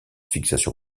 fixation